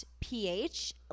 pH